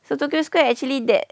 so tokyo square actually that